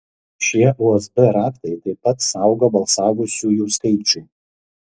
šie usb raktai taip pat saugo balsavusiųjų skaičių